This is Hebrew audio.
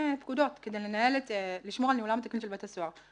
פקודות כדי לשמור על ניהולם התקין של בתי סוהר,